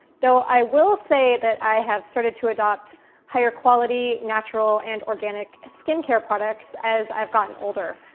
though, i will say that i have started to adopt higher quality, natural, and organic skincare products as i've gotten older,